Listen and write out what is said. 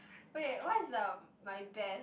wait what's um my best